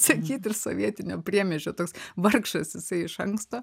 sakyt iš sovietinio priemiesčio toks vargšas jisai iš anksto